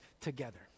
together